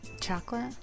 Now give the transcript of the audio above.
chocolate